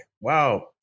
Wow